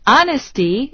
Honesty